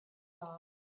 love